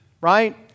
Right